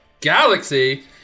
galaxy